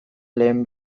lehen